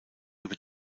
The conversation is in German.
über